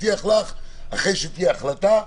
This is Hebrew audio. אחרי שתהיה החלטה,